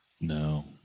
No